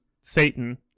Satan